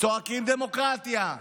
צועקים "דמוקרטיה",